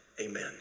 amen